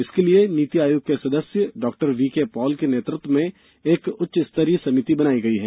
इसके लिए नीति आयोग के सदस्य डॉ वीके पॉल के नेतृत्व में एक उच्च स्तरीय समिति बनाई गई है